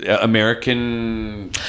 American